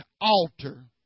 altar